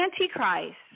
Antichrist